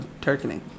turkey